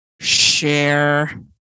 share